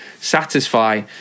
satisfy